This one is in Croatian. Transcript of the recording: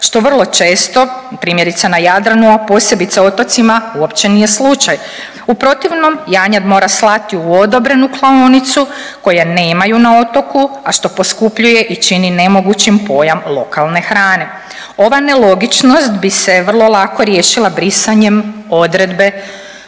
što vrlo često primjerice na Jadranu, a posebice otocima uopće nije slučaj. U protivnom janjad mora slati u odobrenu klaonicu koje nemaju na otoku, a što poskupljuje i čini nemogućim pojam lokalne hrane. Ova nelogičnost bi se vrlo lako riješila brisanjem odredbe